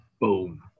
Boom